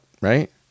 right